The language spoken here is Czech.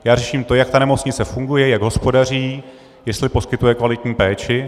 Já řeším to, jak ta nemocnice funguje, jak hospodaří, jestli poskytuje kvalitní péči.